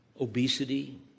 obesity